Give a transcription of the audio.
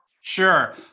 Sure